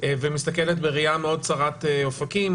מסתכלת בראייה צרת אופקים,